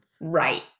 Right